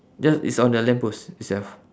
ya it's on the lamp post itself